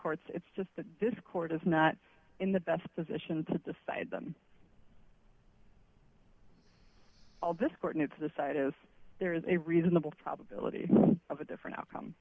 courts it's just that this court is not in the best position to decide them all this court and it's the side is there is a reasonable probability of a different outcome